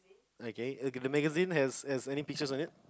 okay okay the magazine has any pieces on it